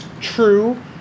true